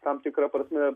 tam tikra prasme